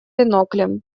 биноклем